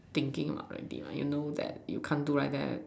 thinking already what you know that you can't do like that